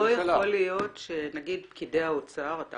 לא יכול להיות שנגיד פקידי האוצר אתה